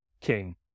king